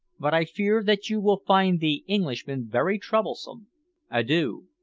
but i fear that you will find the englishman very troublesome adieu.